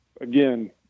again